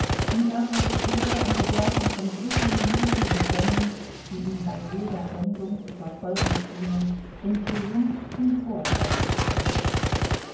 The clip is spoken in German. und daraus wieder in begleitung von brücken mühlen und dämmen die ihn bei jeder wendung zu verfolgen schienen im triumph zum vorschein zu kommen